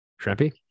Shrimpy